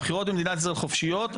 הבחירות במדינת ישראל חופשיות,